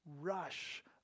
rush